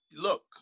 look